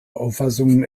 auffassungen